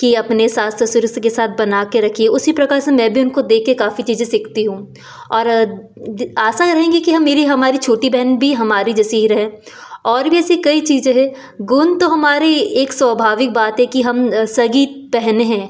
कि अपने सास ससुर से के बना के रखी है उसी प्रकार से मैं उनको देख कर काफ़ी चीज़ें सिखती हूँ और आशा रहेगी की मेरी हमारी छोटी बहन भी हमारी जैसी ही रहे और भी ऐसी कई चीज़ें है गुण तो हमारे एक स्वाभाविक बात है कि हम सगी बहने हैं